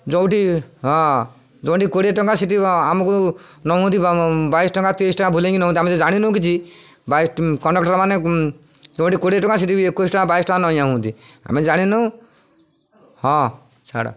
ଯେଉଁଠି ହଁ ଯେଉଁଠି କୋଡ଼ିଏ ଟଙ୍କା ସେଇଠି ଆମକୁ ନେଉଛନ୍ତି ବାଇଶ ଟଙ୍କା ତିରିଶ ଟଙ୍କା ବୁଲକି ନେଉଛନ୍ତି ଆମେ ଜାଣିନୁ କିଛି ବସ୍ କଣ୍ଡକ୍ଟର୍ ମାନେ ଯେଉଁଠି କୋଡ଼ିଏ ଟଙ୍କା ସେଇଠି ଏକୋଇଶ ଟଙ୍କା ବାଇଶ ଟଙ୍କା ନ ନେଇଯାଆନ୍ତି ଆମେ ଜାଣିନୁ ହଁ ଛାଡ଼